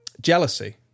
Jealousy